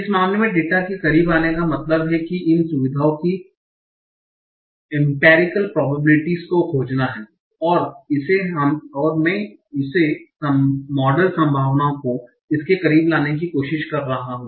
इस मामले में डेटा के करीब आने का मतलब है कि इन सुविधाओं की इंपेरिकल प्रोबेबिलिटीस को खोजना और मैं इसे मॉडल संभावनाओं को इसके करीब लाने की कोशिश कर रहा हूं